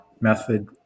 method